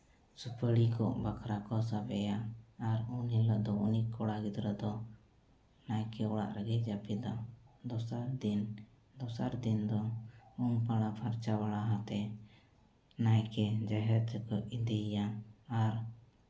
ᱥᱩᱯᱟᱹᱲᱤ ᱵᱟᱠᱷᱨᱟ ᱠᱚ ᱥᱟᱵᱮᱭᱟ ᱟᱨ ᱩᱱ ᱦᱤᱞᱳᱜ ᱫᱚ ᱩᱱᱤ ᱠᱚᱲᱟ ᱜᱤᱫᱽᱨᱟᱹ ᱫᱚ ᱱᱟᱭᱠᱮ ᱚᱲᱟᱜ ᱨᱮᱜᱮ ᱡᱟᱹᱯᱤᱫᱟ ᱫᱚᱥᱟᱨ ᱫᱤ ᱫᱚᱥᱟᱨ ᱫᱤᱱ ᱫᱚ ᱩᱢ ᱵᱟᱲᱟ ᱯᱷᱟᱨᱪᱟ ᱵᱟᱲᱟ ᱟᱛᱮ ᱱᱟᱭᱠᱮ ᱡᱟᱦᱮᱨ ᱛᱮᱠᱚ ᱤᱫᱤᱭᱟ ᱟᱨ